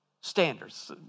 standards